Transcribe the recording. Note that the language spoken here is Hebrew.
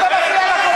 אתה גזען קטן.